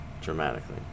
dramatically